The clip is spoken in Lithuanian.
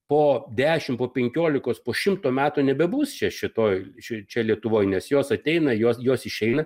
po dešimt po penkiolikos po šimto metų nebebus čia šitoj čia lietuvoj nes jos ateina jos jos išeina